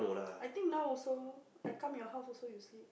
I think now also I come your house also you sleep